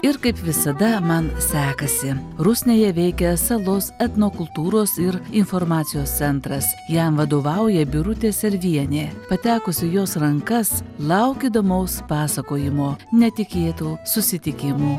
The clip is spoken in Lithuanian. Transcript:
ir kaip visada man sekasi rusnėje veikia salos etnokultūros ir informacijos centras jam vadovauja birutė servienė patekus į jos rankas lauk įdomaus pasakojimo netikėtų susitikimų